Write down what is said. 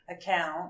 account